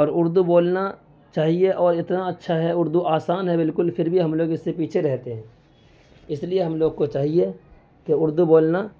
اور اردو بولنا چاہیے اور اتنا اچھا ہے اردو آسان ہے بالکل پھر بھی ہم لوگ اس سے پیچھے رہتے ہیں اس لیے ہم لوگ کو چاہیے کہ اردو بولنا